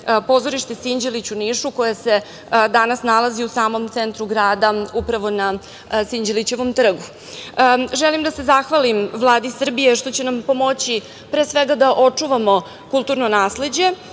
pozorište „Sinđelić“, u Nišu, koje se danas nalazi u samom centru grada, upravo na Sinđelićevom trgu. Želim da se zahvalim Vladi Srbije što će nam pomoći pre svega da očuvamo kulturno nasleđe,